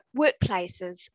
workplaces